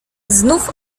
znów